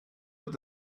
what